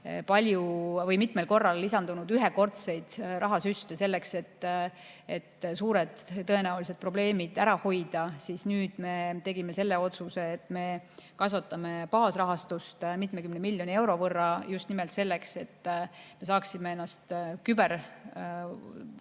selleks mitmel korral lisandunud ühekordseid rahasüste, et suured tõenäolised probleemid ära hoida, siis nüüd me tegime otsuse, et kasvatame baasrahastust mitmekümne miljoni euro võrra. Seda just nimelt selleks, et saaksime ennast kübervaates